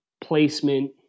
placement